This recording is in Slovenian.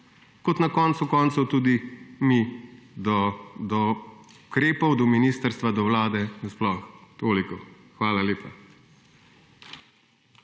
kot na koncu koncev tudi mi do ukrepov, do ministrstva do vlade nasploh. Toliko. Hvala lepa.